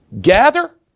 gather